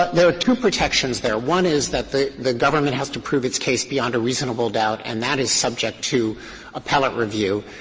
there are two protections there. one is that the the government has to prove its case beyond a reasonable doubt and that is subject to appellate review.